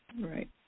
right